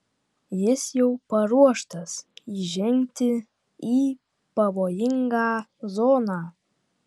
jis jau paruoštas įžengti į pavojingą zoną